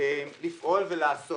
לפעול ולעשות.